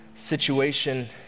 situation